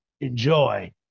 Enjoy